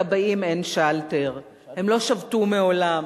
לכבאים אין שלטר, הם לא שבתו מעולם,